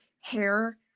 hair